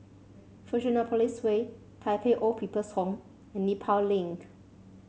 Fusionopolis Way Tai Pei Old People's Home and Nepal Link